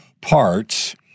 parts